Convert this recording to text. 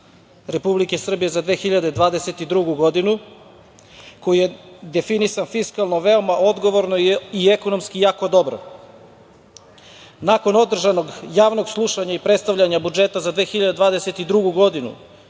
Republike Srbije za 2022. godinu koji je definisan fiskalno veoma odgovorno i ekonomski jako dobro. Nakon održanog javnog slušanja i predstavljanja budžeta za 2022. godinu,